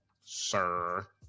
sir